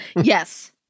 Yes